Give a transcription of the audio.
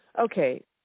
Okay